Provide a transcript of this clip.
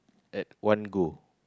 at one go